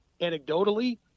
Anecdotally